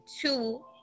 two